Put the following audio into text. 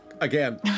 again